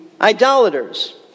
idolaters